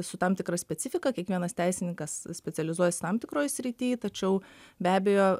su tam tikra specifika kiekvienas teisininkas specializuojasi tam tikroj srity tačiau be abejo